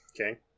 okay